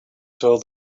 told